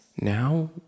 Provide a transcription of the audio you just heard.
Now